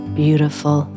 beautiful